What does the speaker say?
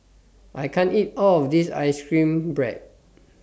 I can't eat All of This Ice Cream Bread